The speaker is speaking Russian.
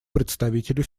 представителю